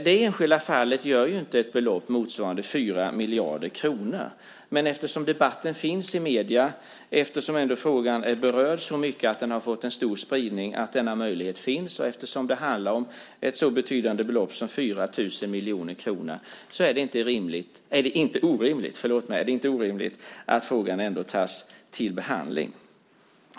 Det enskilda fallet gör ju inte ett belopp motsvarande 4 miljarder kronor, men eftersom debatten finns i medierna och frågan är berörd så mycket att det har fått en stor spridning att denna möjlighet finns och eftersom det handlar om ett så betydande belopp som fyra tusen miljoner kronor är det inte orimligt att frågan tas till behandling.